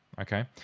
okay